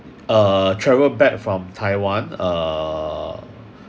uh travel back from taiwan uh